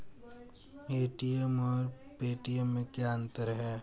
ATM और Paytm में क्या अंतर है?